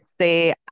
say